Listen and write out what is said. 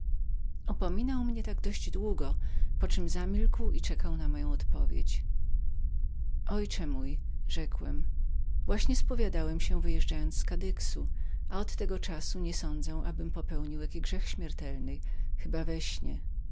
czyń pokutę tak upominając zamilkł i czekał na moją odpowiedź ojcze mój rzekłem właśnie spowiadałem się wyjeżdżając z kadyxu a od tego czasu nie sądzę abym popełnił jaki grzech śmiertelny chybaby we śnie